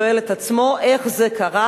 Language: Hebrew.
שואל את עצמו: איך זה קרה?